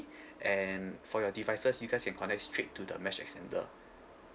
and for your devices you guys can connect straight to the mesh extender